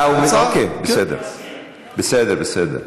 בסדר, בסדר.